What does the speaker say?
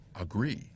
agree